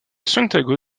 santiago